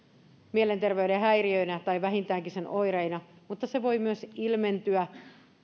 mielenterveyden häiriöinä tai vähintäänkin sen oireina mutta se voi myös ilmentyä